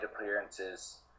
appearances